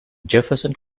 jefferson